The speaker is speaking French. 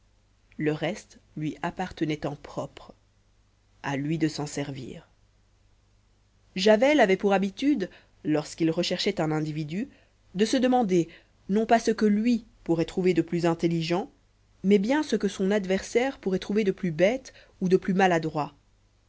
le reste lui appartenait en propre à lui de s'en servir javel avait pour habitude lorsqu'il recherchait un individu de se demander non pas ce que lui pourrait trouver de plus intelligent mais bien ce que son adversaire pourrait trouver de plus bête ou de plus maladroit